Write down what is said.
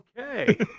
Okay